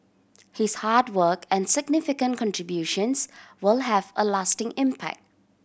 his hard work and significant contributions will have a lasting impact